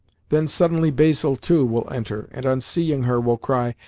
then suddenly basil too will enter, and, on seeing her, will cry,